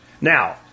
Now